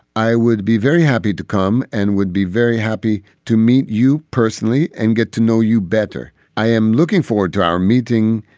i would be very happy to come and we'd be very happy to meet you personally and get to know you better. i am looking forward to our meeting.